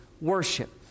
worship